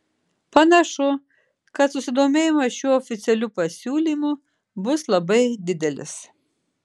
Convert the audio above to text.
panašu kad susidomėjimas šiuo oficialiu pasiūlymu bus labai didelis